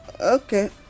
Okay